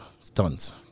stunts